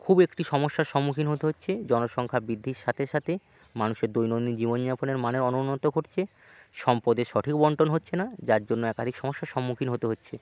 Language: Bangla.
খুব একটি সমস্যার সম্মুখীন হতে হচ্ছে জনসংখ্যা বৃদ্ধির সাথে সাথে মানুষের দৈনন্দিন জীবনযাপনের মানের অনুন্নত ঘটছে সম্পদের সঠিক বণ্টন হচ্ছে না যার জন্য একাধিক সমস্যার সম্মুখীন হতে হচ্ছে